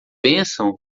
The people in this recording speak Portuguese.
bênção